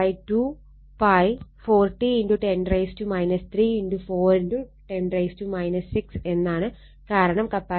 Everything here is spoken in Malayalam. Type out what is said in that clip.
12π 40 10 3 4 10 6 എന്നാണ് കാരണം കപ്പാസിറ്റർ 4 മൈക്രോ ഫാരഡ് ആണ്